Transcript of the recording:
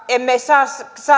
emme saa